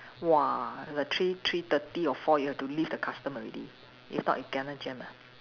!wah! the three three thirty or four you have to leave the custom already if not you kena jam ah